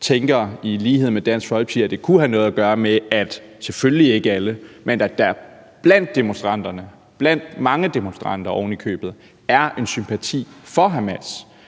om SF i lighed med Dansk Folkeparti tænker, at det kunne have noget at gøre med, at selvfølgelig ikke alle, men nogle blandt demonstranterne – mange af demonstranterne ovenikøbet – har en sympati for Hamas.